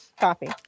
Coffee